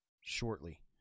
shortly